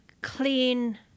clean